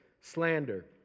slander